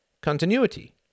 Continuity